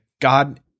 God